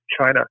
China